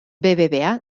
bbva